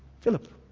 Philip